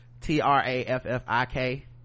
T-R-A-F-F-I-K